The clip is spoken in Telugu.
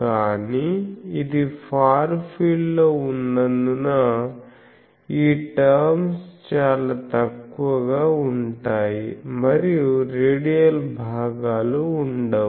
కానీ ఇది ఫార్ ఫీల్డ్ లో ఉన్నందున ఈ టర్మ్స్ చాలా తక్కువగా ఉంటాయి మరియు రేడియల్ భాగాలు ఉండవు